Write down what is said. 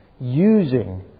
using